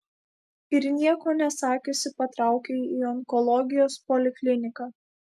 ir nieko nesakiusi patraukiau į onkologijos polikliniką